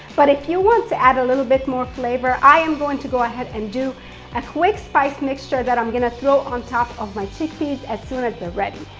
but if you want to add a little bit more flavor, i am going to go ahead and do a quick spice mixture that i'm gonna throw on top of my chickpeas as soon as they're ready.